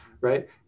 right